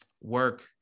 Work